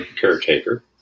caretaker